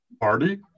Party